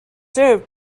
served